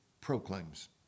proclaims